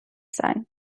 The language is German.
sein